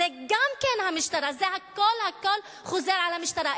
זו גם כן המשטרה, הכול הכול חוזר למשטרה.